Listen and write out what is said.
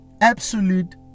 absolute